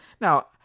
now